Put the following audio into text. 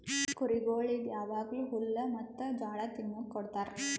ಕುರಿಗೊಳಿಗ್ ಯಾವಾಗ್ಲೂ ಹುಲ್ಲ ಮತ್ತ್ ಜೋಳ ತಿನುಕ್ ಕೊಡ್ತಾರ